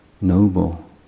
noble